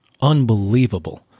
unbelievable